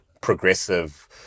progressive